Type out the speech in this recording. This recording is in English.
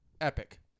epic